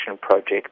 project